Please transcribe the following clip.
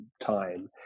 time